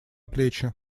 плечи